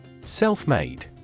Self-made